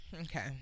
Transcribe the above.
Okay